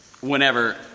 whenever